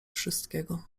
wszystkiego